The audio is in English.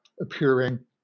appearing